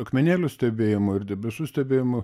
akmenėlių stebėjimu ir debesų stebėjimu